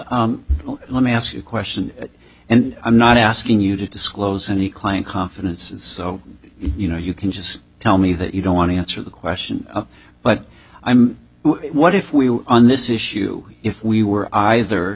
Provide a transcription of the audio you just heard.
well let me ask you a question and i'm not asking you to disclose any client confidence so you know you can just tell me that you don't want to answer the question but i'm what if we on this issue if we were either